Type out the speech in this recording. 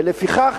ולפיכך,